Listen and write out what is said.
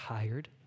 tired